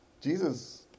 Jesus